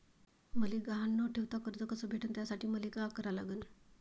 मले गहान न ठेवता कर्ज कस भेटन त्यासाठी मले का करा लागन?